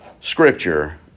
scripture